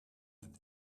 that